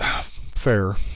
fair